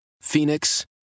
Phoenix